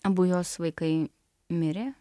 abu jos vaikai mirė